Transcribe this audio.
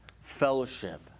fellowship